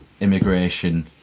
immigration